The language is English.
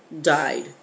died